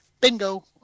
Bingo